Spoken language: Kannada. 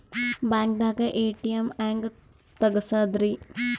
ಬ್ಯಾಂಕ್ದಾಗ ಎ.ಟಿ.ಎಂ ಹೆಂಗ್ ತಗಸದ್ರಿ?